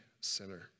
sinner